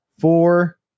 four